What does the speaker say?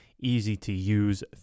easy-to-use